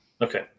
Okay